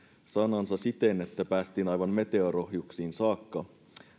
sanansa siten että päästiin aivan meteor ohjuksiin saakka